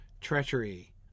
treachery